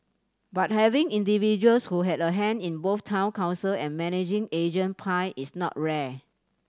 but having individuals who have a hand in both Town Council and managing agent pie is not rare